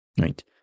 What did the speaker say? right